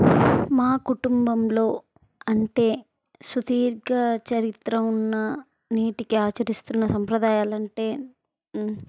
మా కుటుంబంలో అంటే సుదీర్ఘ చరిత్ర ఉన్న నేటికీ ఆచరిస్తున్న సాంప్రదాయాలంటే